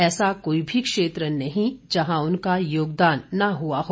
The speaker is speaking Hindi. ऐसा कोई भी क्षेत्र नहीं हैं जहां उनका योगदान न हुआ हो